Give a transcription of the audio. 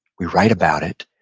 we write about it,